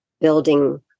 building